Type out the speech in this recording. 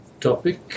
topic